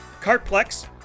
Cartplex